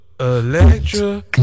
Electra